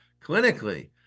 clinically